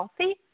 healthy